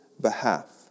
behalf